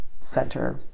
center